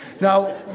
Now